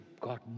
God